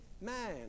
man